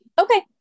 Okay